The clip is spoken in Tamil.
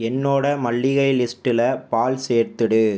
என்னோடய மளிகை லிஸ்ட்டில் பால் சேர்த்துவிடு